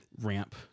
ramp